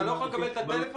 אתה לא יכול לקבל את הטלפון?